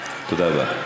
תודה רבה.